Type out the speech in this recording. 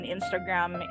Instagram